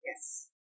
Yes